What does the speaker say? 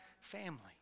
family